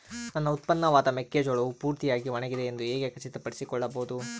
ನನ್ನ ಉತ್ಪನ್ನವಾದ ಮೆಕ್ಕೆಜೋಳವು ಪೂರ್ತಿಯಾಗಿ ಒಣಗಿದೆ ಎಂದು ಹೇಗೆ ಖಚಿತಪಡಿಸಿಕೊಳ್ಳಬಹುದು?